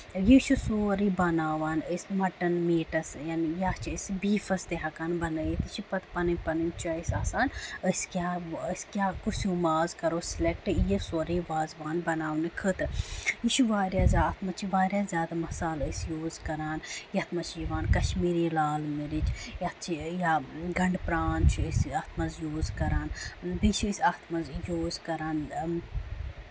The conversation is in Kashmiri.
یہِ چھُ سورُے بَناوان أسۍ مَٹن میٖٹَس یا چھِ أسۍ بیٖفَس تہِ ہٮ۪کان بَنٲیِتھ یہِ چھ پَتہٕ پَنٕنۍ پَنٕنۍ چویِس آسان أسۍ کیاہ أسی کُس ہیوو ماز کرو سلیکٹ یہِ سورُے وازوان بَناونہٕ خٲطرٕ یہِ چھُ واریاہ زیادٕ اَتھ منٛز چھِ واریاہ زیادٕ مصالہٕ أسۍ یوٗز کران یَتھ منٛز چھُ یِوان کَشمیٖری لال مِرِچ یَتھ یا گنڈٕ پران چھِ أسۍ اَتھ منٛز یوٗز کران بیٚیہِ چھِ أسۍ اَتھ منٛز یوٗز کران